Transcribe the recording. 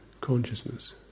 consciousness